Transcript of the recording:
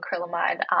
acrylamide